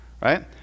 Right